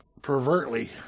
Pervertly